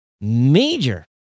major